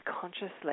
consciously